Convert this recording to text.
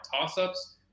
toss-ups